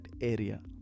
area